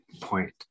point